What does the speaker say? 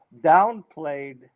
downplayed